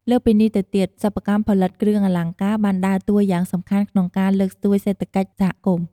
លើសពីនេះទៅទៀតសិប្បកម្មផលិតគ្រឿងអលង្ការបានដើរតួរយ៉ាងសំខាន់ក្នុងការលើកស្ទួយសេដ្ធកិច្ចសហគមន៏។